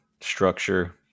structure